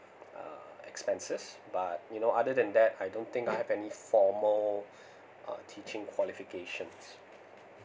uh expenses but you know other than that I don't think I have any formal uh teaching qualifications